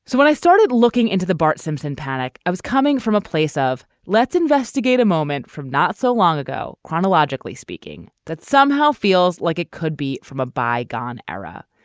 so when i started looking into the bart simpson panic i was coming from a place of let's investigate a moment from not so long ago chronologically speaking that somehow feels like it could be from a bygone era.